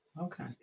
Okay